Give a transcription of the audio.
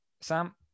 Sam